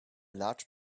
large